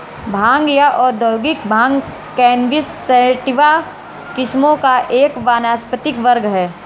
भांग या औद्योगिक भांग कैनबिस सैटिवा किस्मों का एक वानस्पतिक वर्ग है